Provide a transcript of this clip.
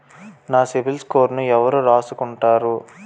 నా సిబిల్ స్కోరును ఎవరు రాసుకుంటారు